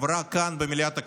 עברה כאן במליאת הכנסת,